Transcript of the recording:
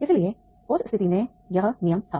इसलिए उस स्थिति में यह नियम था